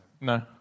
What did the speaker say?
No